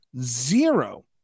zero